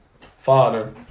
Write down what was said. father